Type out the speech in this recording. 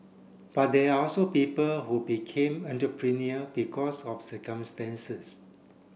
but there are also people who became entrepreneur because of circumstances